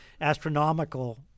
astronomical